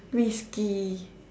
Risky